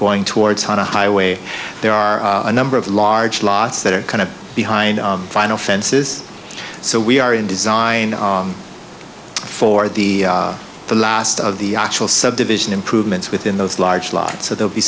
going towards on a highway there are a number of large lots that are kind of behind vinyl fences so we are in design for the last of the actual subdivision improvements within those large lot so they'll be